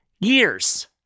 years